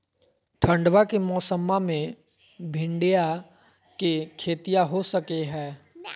ठंडबा के मौसमा मे भिंडया के खेतीया हो सकये है?